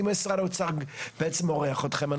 האם משרד האוצר בעצם מורח אתכם,